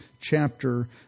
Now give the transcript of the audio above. chapter